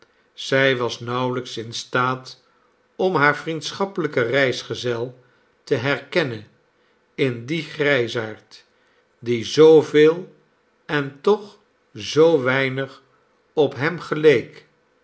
zij was nauwelijks in staat om haar vriendschappelijken reisgezel te herkennen in dien grijsaard die zooveel en toch zoo weinig op i hem geleek